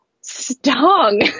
stung